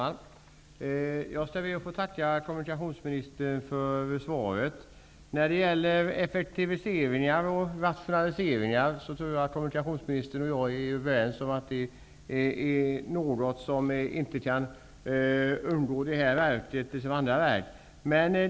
Fru talman! Jag skall be att få tacka kommunikationsministern för svaret. Jag tror att kommunikationsministern och jag är överens om att Sjöfartsverket, lika litet som andra verk, kan undgå rationaliseringar och effektiviseringar.